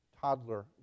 toddler